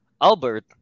Albert